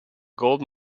gold